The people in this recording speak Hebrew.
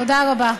תודה רבה.